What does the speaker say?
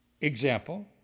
Example